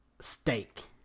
steak